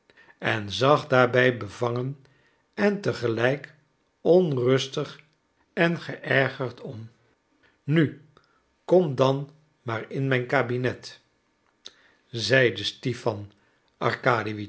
en zag daarbij bevangen en tegelijk onrustig en geërgerd om nu kom dan maar in mijn kabinet zeide stipan arkadiewitsch